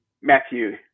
Matthew